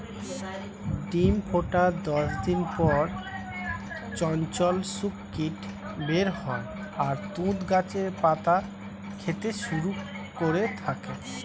ডিম ফোটার দশ দিন পর চঞ্চল শূককীট বের হয় আর তুঁত গাছের পাতা খেতে শুরু করে থাকে